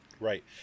Right